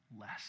less